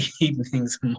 evenings